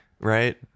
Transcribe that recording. right